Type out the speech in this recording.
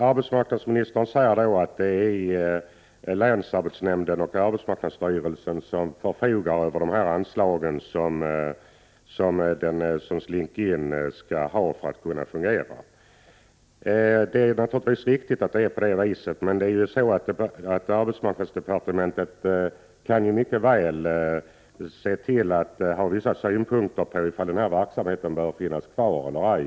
Arbetsmarknadsministern säger att det är länsarbetsnämnden och arbetsmarknadsstyrelsen som förfogar över de anslag som Slink-In skall ha för att kunna fungera. Det är riktigt, men arbetsmarknadsdepartementet kan mycket väl framföra synpunkter på om denna verksamhet bör finnas kvar eller ej.